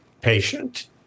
patient